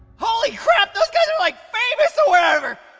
holy crap! those guys are, like, famous or whatever!